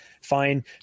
fine